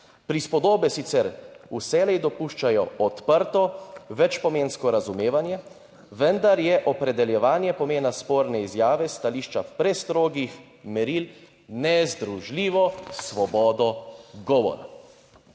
Prispodobe sicer vselej dopuščajo odprto večnamensko razumevanje, vendar je opredeljevanje pomena sporne izjave s stališča prestrogih meril nezdružljivo s svobodo govora.